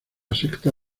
secta